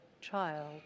child